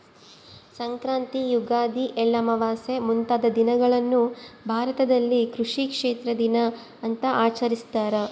ಸಂಕ್ರಾಂತಿ ಯುಗಾದಿ ಎಳ್ಳಮಾವಾಸೆ ಮುಂತಾದ ದಿನಗಳನ್ನು ಭಾರತದಲ್ಲಿ ಕೃಷಿ ಕ್ಷೇತ್ರ ದಿನ ಅಂತ ಆಚರಿಸ್ತಾರ